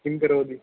किं करोति